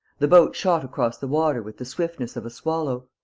the boat shot across the water with the swiftness of a swallow.